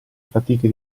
fatiche